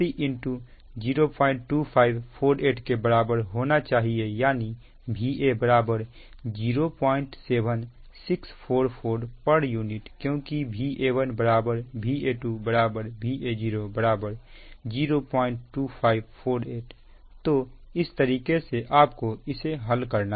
इसलिए Va 3 02548 के बराबर होना चाहिए यानी Va 07644 pu क्योंकि Va1 Va2 Va0 02548 तो इस तरीके से आपको इसे हल करना है